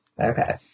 Okay